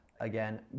again